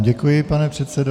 Děkuji vám, pane předsedo.